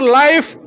life